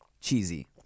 cheesy